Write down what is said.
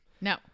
no